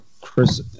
Chris